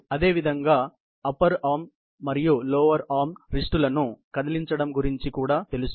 అదేవిధంగా నేను ఈ చేతుల డిగ్రీస్ ఆఫ్ ఫ్రీడమ్ ను lower arm upper arm wrist మరియు ముందుకు మీకు చేయగలిగితే ఈ చేయి యొక్క చేతి భాగం మీకు తెలుసు